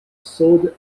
sold